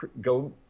go